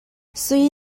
sui